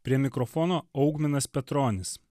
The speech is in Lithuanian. prie mikrofono augminas petronis